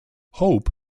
hope